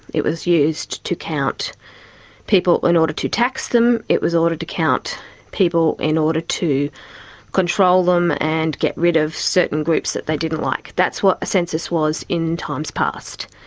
it was used to count people in order to tax them, it was to count people in order to control them and get rid of certain groups that they didn't like, that's what a census was in times past.